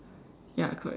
ya correct